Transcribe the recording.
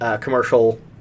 commercial